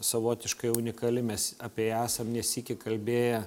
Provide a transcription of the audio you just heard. savotiškai unikali mes apie ją esam ne sykį kalbėję